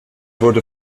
wurde